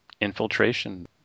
Infiltration